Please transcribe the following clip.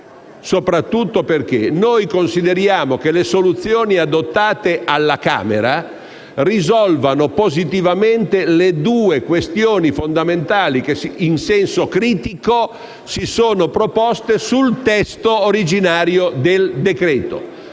soprattutto perché consideriamo che le soluzioni adottate alla Camera risolvano positivamente le due questioni fondamentali che in senso critico si sono proposte sul testo originario del decreto.